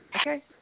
Okay